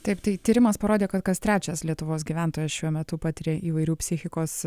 taip tai tyrimas parodė kad kas trečias lietuvos gyventojas šiuo metu patiria įvairių psichikos